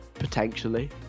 Potentially